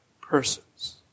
persons